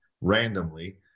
randomly